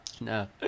no